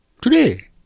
Today